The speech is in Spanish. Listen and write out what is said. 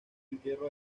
entierro